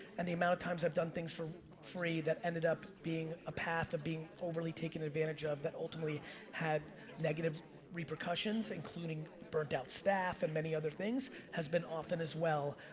and the amount of times i've done things for free that ended up being a path of being overly taken advantage of that ultimately had negative repercussions, including burnt out staff and many other things, has been often as well.